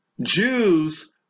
Jews